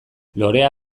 lorea